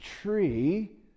tree